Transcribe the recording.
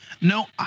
No